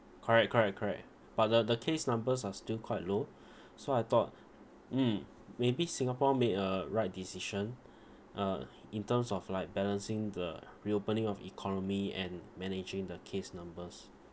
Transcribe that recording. correct correct correct but the the case numbers are still quite low so I thought mm maybe singapore made a right decision uh in terms of like balancing the reopening of economy and managing the case numbers